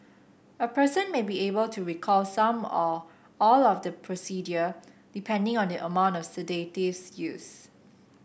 a person may be able to recall some or all of the procedure depending on the amount of sedatives used